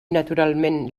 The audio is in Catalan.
naturalment